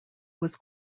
was